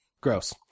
Gross